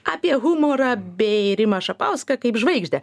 apie humorą bei rimą šapauską kaip žvaigždę